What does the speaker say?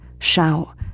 shout